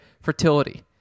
fertility